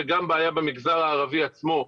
וגם בעיה במגזר הערבי עצמו,